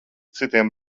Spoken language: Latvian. citiem